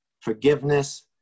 forgiveness